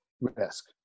risk